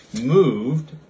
moved